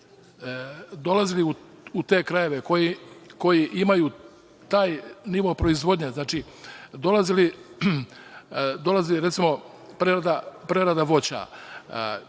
dolazili u te krajeve koji imaju taj nivo proizvodnje, dolazili recimo prerada voća.